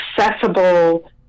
accessible